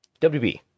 WB